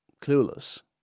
clueless